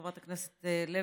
חברת הכנסת לוי,